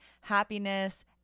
happiness